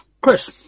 chris